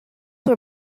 were